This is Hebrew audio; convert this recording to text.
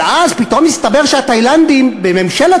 אבל אז פתאום מסתבר שהתאילנדים בממשלת